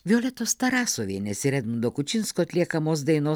violetos tarasovienės ir edmundo kučinsko atliekamos dainos